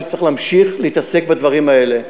שצריך להמשיך להתעסק בדברים האלה.